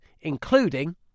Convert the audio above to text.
including